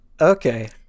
Okay